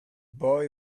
boy